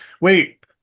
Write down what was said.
wait